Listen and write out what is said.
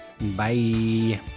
Bye